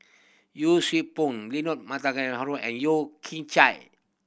Yee Siew Pun Leonard Montague Harrod and Yeo Kian Chai